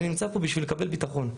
אני נמצא פה בשביל לקבל ביטחון.